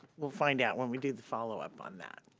we'll find out when we do the follow up on that.